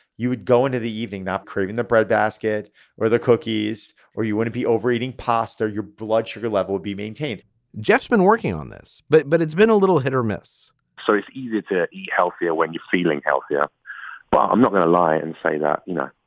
you would go into the evening not craving the bread basket or the cookies or you wouldn't be overeating passed or your blood sugar level would be maintained jeff's been working on this, but but it's been a little hit or miss so it's easier to eat healthier when you're feeling healthier but i'm not going to lie and say that, you know,